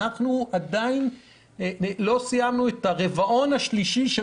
עדיין לא סיימנו את הרבעון השלישי של